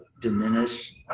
diminish